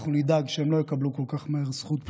אנחנו נדאג שהם לא יקבלו כל כך מהר זכות בחירה.